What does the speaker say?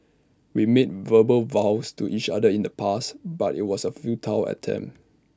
we made verbal vows to each other in the past but IT was A futile attempt